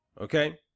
okay